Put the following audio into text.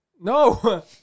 No